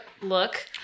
look